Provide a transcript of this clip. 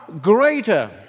greater